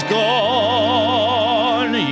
gone